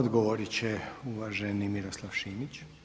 Odgovorit će uvaženi Miroslav Šimić.